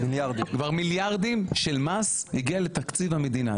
כבר מיליארדים של מס הגיע לתקציב המדינה.